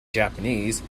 japanese